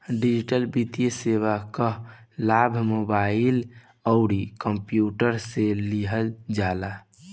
digital वित्तीय सेवा कअ लाभ मोबाइल अउरी कंप्यूटर से लिहल जाला